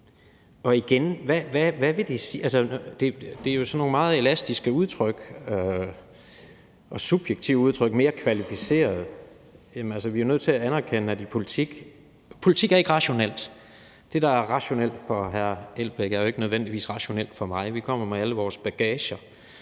Og igen vil jeg sige: Det er jo sådan nogle meget elastiske og subjektive udtryk, der bruges, som f.eks. »mere kvalificeret«. Men vi er jo nødt til at anerkende, at politik ikke er rationelt. Det, der er rationelt for hr. Uffe Elbæk, er jo ikke nødvendigvis rationelt for mig. Vi kommer med alle vores bagager